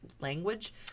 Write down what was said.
language